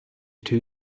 two